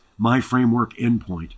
MyFrameworkEndpoint